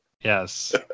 Yes